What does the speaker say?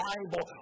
Bible